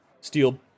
steel